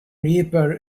reaper